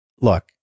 look